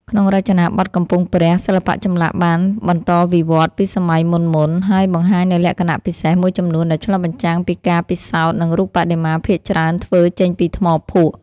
ក្នុងរចនាបថកំពង់ព្រះ សិល្បៈចម្លាក់បានបន្តវិវត្តន៍ពីសម័យមុនៗ ហើយបង្ហាញនូវលក្ខណៈពិសេសមួយចំនួនដែលឆ្លុះបញ្ចាំងពីការពិសោធន៍ និងរូបបដិមាភាគច្រើនធ្វើចេញពីថ្មភក់។។